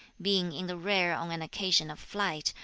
being in the rear on an occasion of flight,